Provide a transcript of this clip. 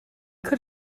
could